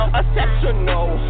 exceptional